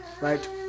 Right